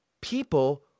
people